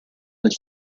del